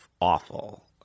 awful